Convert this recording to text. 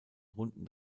runden